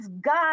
God